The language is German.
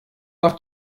darf